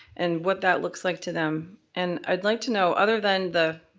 and what that looks like to them. and i'd like to know, other than the